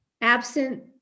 absent